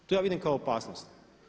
Tu ja vidim kao opasnost.